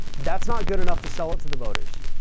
that's not good enough to sell it to the voters.